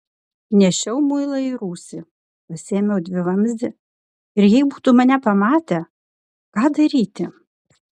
nešiau muilą į rūsį pasiėmiau dvivamzdį ir jei būtų mane pamatę ką daryti